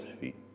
feet